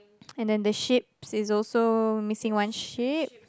and then the sheep is also missing one sheep